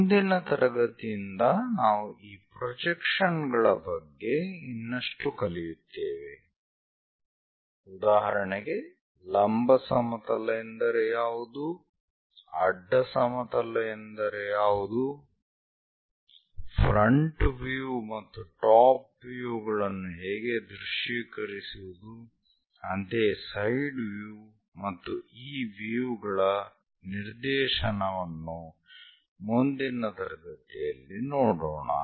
ಮುಂದಿನ ತರಗತಿಯಿಂದ ನಾವು ಈ ಪ್ರೊಜೆಕ್ಷನ್ ಗಳ ಬಗ್ಗೆ ಇನ್ನಷ್ಟು ಕಲಿಯುತ್ತೇವೆ ಉದಾಹರಣೆಗೆ ಲಂಬ ಸಮತಲ ಎಂದರೆ ಯಾವುದು ಅಡ್ಡ ಸಮತಲ ಎಂದರೆ ಯಾವುದು ಫ್ರಂಟ್ ವ್ಯೂ ಮತ್ತು ಟಾಪ್ ವ್ಯೂ ಗಳನ್ನು ಹೇಗೆ ದೃಶ್ಯೀಕರಿಸುವುದು ಅಂತೆಯೇ ಸೈಡ್ ವ್ಯೂ ಮತ್ತು ಈ ವ್ಯೂ ಗಳ ನಿರ್ದೇಶನವನ್ನು ಮುಂದಿನ ತರಗತಿಯಲ್ಲಿ ನೋಡೋಣ